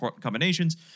combinations